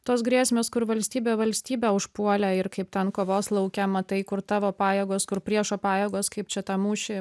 tos grėsmės kur valstybė valstybę užpuolė ir kaip ten kovos lauke matai kur tavo pajėgos kur priešo pajėgos kaip čia tą mūšį